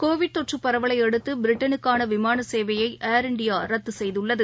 Covid தொற்று பரவலை அடுத்து பிரிட்டனுக்கான விமான சேவையை ஏர் இண்டியா ரத்து செய்துள்ளது